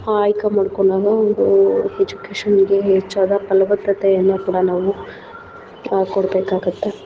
ಆಯ್ಕೆ ಮಾಡ್ಕೊಂಡಾಗ ಒಂದೂ ಎಜುಕೇಷನ್ಗೆ ಹೆಚ್ಚಾದ ಫಲವತ್ತತೆಯನ್ನು ಕೂಡ ನಾವು ಕೊಡ್ಬೇಕಾಗುತ್ತೆ